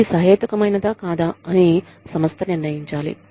ఇది సహేతుకమైనదా కాదా అని సంస్థ నిర్ణయించాలి